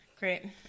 Great